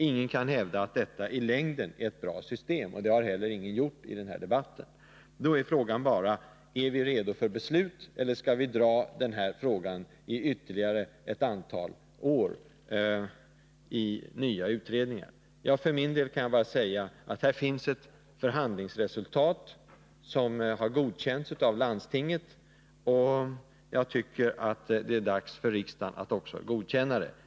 Detta är inte i längden ett bra system. Det har heller ingen hävdat i den här debatten. Då är frågan bara: Är vi redo för beslut, eller skall vi dra den här frågan ytterligare ett antal år i nya utredningar? För min del kan jag bara säga: Här finns ett förhandlingsresultat som har godkänts av landstinget, det är dags för riksdagen att också godkänna det.